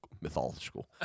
mythological